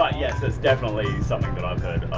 ah yes that's definitely something that i've heard,